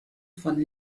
von